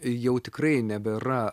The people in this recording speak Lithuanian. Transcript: jau tikrai nebėra